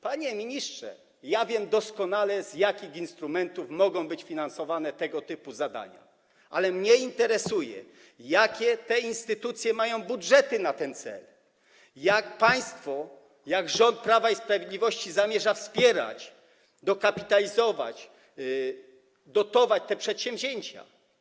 Panie ministrze, ja wiem doskonale, z jakich instrumentów mogą być finansowane tego typu zadania, ale mnie interesuje, jakie te instytucje mają budżety na ten cel, jak państwo zamierzacie, jak rząd Prawa i Sprawiedliwości zamierza wspierać, dokapitalizować, dotować te przedsięwzięcia.